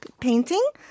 painting